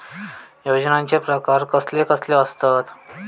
योजनांचे प्रकार कसले कसले असतत?